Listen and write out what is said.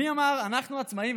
מי אמר: אנחנו עצמאים,